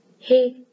Hey